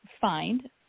find